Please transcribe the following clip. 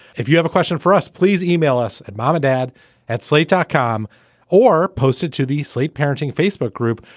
if you have a question for us, please email us at mom or dad at slate dot com or posted to these late parenting facebook group,